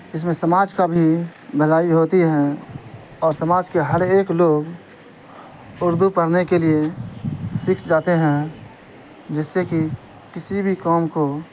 اس میں سماج کا بھی بھلائی ہوتی ہیں اور سماج کے ہر ایک لوگ اردو پڑھنے کے لیے سیکھ جاتے ہیں جس سے کہ کسی بھی قوم کو